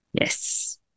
Yes